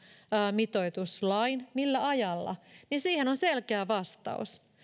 mitoituslain millä ajalla niin siihen on selkä vastaus